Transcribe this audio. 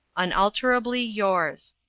unalterably yours.